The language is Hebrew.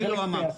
אני לא אמרתי.